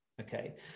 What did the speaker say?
okay